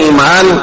Iman